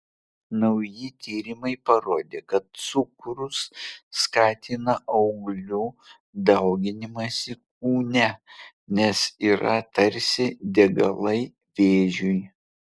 nauji tyrimai parodė kad cukrus skatina auglių dauginimąsi kūne nes yra tarsi degalai vėžiui